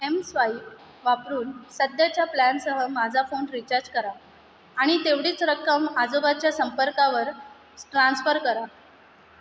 MSwipe वापरून सध्याच्या प्लॅनसह माझा फोन रिचार्ज करा आणि तेवढीच रक्कम आजोबाच्या संपर्कावर ट्रान्स्फर करा